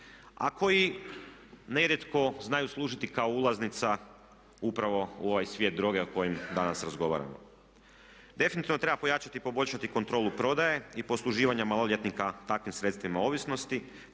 a koji nerijetko znaju služiti kao ulaznice upravo u ovaj svijet droge o kojem danas razgovaramo. Definitivno treba pojačati i poboljšati kontrolu prodaje i posluživanja maloljetnika takvim sredstvima ovisnosti,